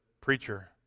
Preacher